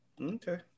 Okay